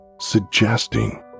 suggesting